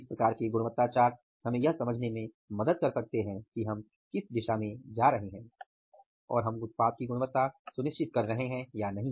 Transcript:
इस प्रकार के गुणवत्ता चार्ट हमें यह समझने में मदद कर सकते हैं कि हम किस दिशा में जा रहे हैं और हम उत्पाद की गुणवत्ता सुनिश्चित कर रहे हैं या नहीं